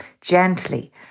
gently